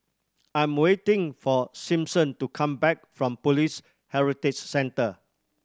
I'm waiting for Simpson to come back from Police Heritage Centre